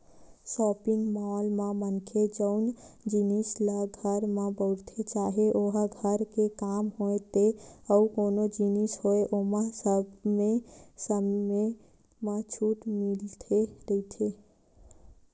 shopping mall म मनखे जउन जिनिस ल घर म बउरथे चाहे ओहा घर के काम होय ते अउ कोनो जिनिस होय ओमा समे समे म छूट मिलते रहिथे